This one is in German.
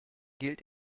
gilt